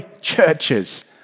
churches